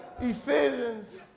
Ephesians